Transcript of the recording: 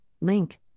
link